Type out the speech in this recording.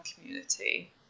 community